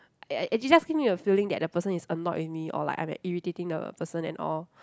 eh they just give me a feeling that the person is annoyed with me or like I'm at irritating the person and all